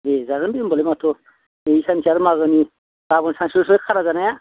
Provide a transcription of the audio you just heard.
दे जागोन दे होमबालाय माथोबाव दिनै सानसे आरो माघोनि गाबोन सानसेल'सै खाना जानाया